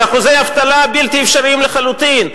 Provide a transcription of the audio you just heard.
על אחוזי אבטלה בלתי אפשריים לחלוטין,